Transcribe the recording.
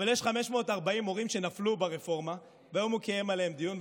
אבל יש 540 מורים שנפלו ברפורמה והיום הוא קיים עליהם דיון,